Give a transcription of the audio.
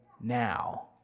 now